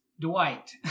Dwight